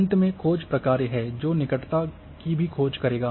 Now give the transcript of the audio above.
अंत में खोज प्रकार्य है जो निकटता की भी खोज करेंगे